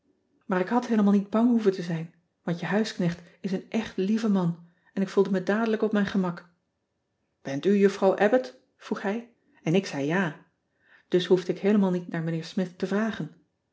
aar ik had heelemaal niet bang hoeven te zijn want je huisknecht is een echt lieve man en ik voelde mij dadelijk op mijn gemak ent u juffrouw bbott vroeg hij en ik zei ja us hoefde ik heelemaal niet naar mijnheer mith te vragen